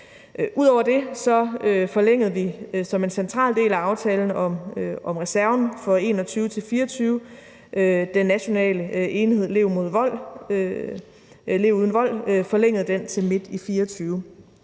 Ud over det forlængede vi som en central del af aftalen om reserven for 2021 til 2024 den nationale enhed »Lev Uden Vold« til midt i 2024.